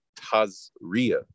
Tazria